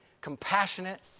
Compassionate